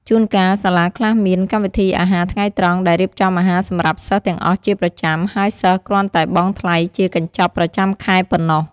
ជួនកាល សាលាខ្លះមាន កម្មវិធីអាហារថ្ងៃត្រង់ ដែលរៀបចំអាហារសម្រាប់សិស្សទាំងអស់ជាប្រចាំ ហើយសិស្សគ្រាន់តែបង់ថ្លៃជាកញ្ចប់ប្រចាំខែប៉ុណ្ណោះ។